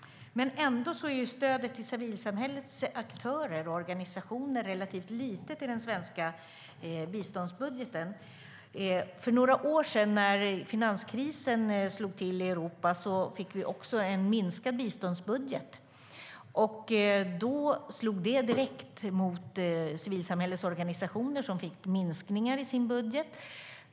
Men ändå är stödet till civilsamhällets aktörer och organisationer relativt litet i den svenska biståndsbudgeten. För några år sedan, när finanskrisen slog till i Europa, fick vi en minskad biståndsbudget. Då slog det direkt mot civilsamhällets organisationer, som fick minskningar i sin budget.